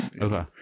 Okay